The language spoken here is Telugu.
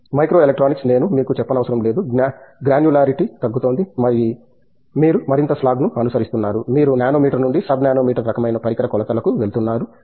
మైక్రో ఎలక్ట్రానిక్స్ నేను మీకు చెప్పనవసరం లేదు గ్రాన్యులారిటీ తగ్గుతోంది మీరు మరింత స్లాగ్ను అనుసరిస్తున్నారు మీరు నానోమీటర్ నుండి సబ్ నానోమీటర్ రకమైన పరికర కొలతలకు వెళుతున్నారు